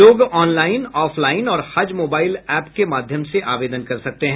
लोग online offline और हज मोबाइल ऐप के माध्यम से आवेदन कर सकते हैं